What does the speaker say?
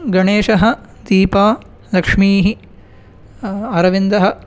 गणेशः दीपा लक्ष्मीः अरविन्दः